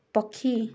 ପକ୍ଷୀ